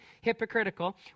hypocritical